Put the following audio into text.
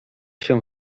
się